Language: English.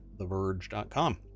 TheVerge.com